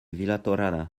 vilatorrada